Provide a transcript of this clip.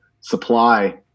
supply